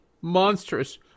Monstrous